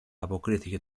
αποκρίθηκε